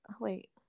wait